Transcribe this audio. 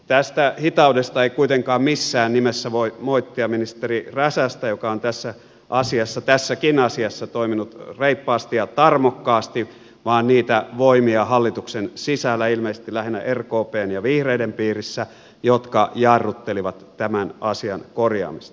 tästä hitaudesta ei kuitenkaan missään nimessä voi moittia ministeri räsästä joka on tässä asiassa tässäkin asiassa toiminut reippaasti ja tarmokkaasti vaan niitä voimia hallituksen sisällä ilmeisesti lähinnä rkpn ja vihreiden piirissä jotka jarruttelivat tämän asian korjaamista